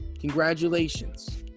congratulations